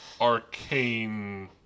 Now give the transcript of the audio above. arcane